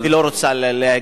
חס וחלילה,